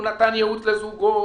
הוא נתן ייעוץ לזוגות,